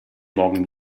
morgen